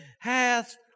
hath